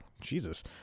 Jesus